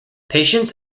patients